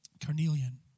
Carnelian